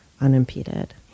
unimpeded